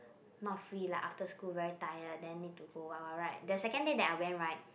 not free lah after school very tired then need to go what what right the second day I went right